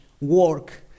work